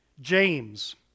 James